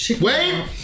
wait